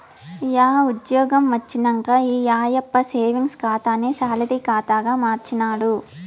yeah ఉజ్జ్యోగం వచ్చినంక ఈ ఆయప్ప సేవింగ్స్ ఖాతాని సాలరీ కాతాగా మార్చినాడు